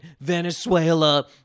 Venezuela